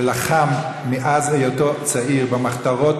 שלחם מאז היותו צעיר במחתרות,